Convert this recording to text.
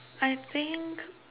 I think